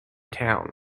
town